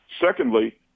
Secondly